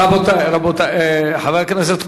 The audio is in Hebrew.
רבותי, חבר הכנסת כהן,